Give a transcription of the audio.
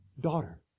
daughter